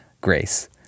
grace